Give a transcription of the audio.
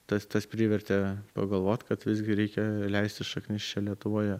tas tas privertė pagalvot kad visgi reikia leisti šaknis čia lietuvoje